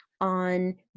on